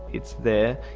it's there,